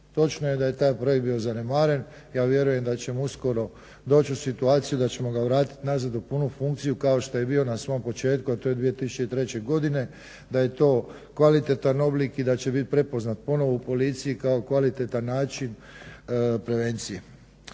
Točno je da je taj projekt bio zanemaren. Ja vjerujem da ćemo uskoro doći u situaciju da ćemo ga vratiti nazad u punu funkciju kao što je bio na svom početku, a to je 2003. godine da je to kvalitetan oblik i da će biti prepoznat ponovo u policiji kao kvalitetan način prevencije.